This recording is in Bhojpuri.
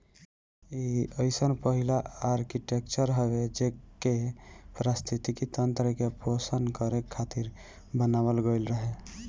इ अइसन पहिला आर्कीटेक्चर हवे जेके पारिस्थितिकी तंत्र के पोषण करे खातिर बनावल गईल रहे